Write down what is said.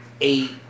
eight